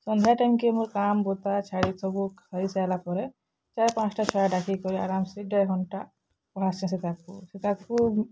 ସନ୍ଧ୍ୟା ଟାଇମ୍କେ ମୋର୍ କାମ ଗୁଥା ଛାଡ଼ି ସବୁ ଖାଇ ସାଇଲା ପରେ ଛାତ୍ର ପାନସଁଟା ଡାକି କରି ଆରାମ୍ସେ ଦେଢ଼ଘଣ୍ଟା ପଢ଼ାସିଂ ସେତାକୁ